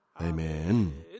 Amen